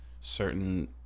certain